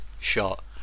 shot